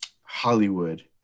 Hollywood